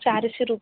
चारशे रुप